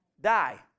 die